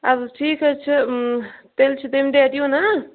اَدٕ حظ ٹھیٖک حظ چھُ تیٚلہِ چھُ تَمہِ ڈیٹ یُن